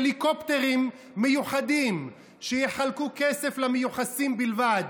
הליקופטרים מיוחדים שיחלקו כסף למיוחסים בלבד,